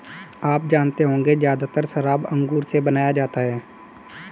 आप जानते होंगे ज़्यादातर शराब अंगूर से बनाया जाता है